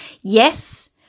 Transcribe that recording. Yes